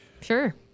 sure